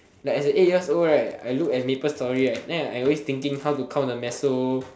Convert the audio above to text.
like as a eight years old right I look at maple story right then I always thinking how to count the meso